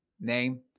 name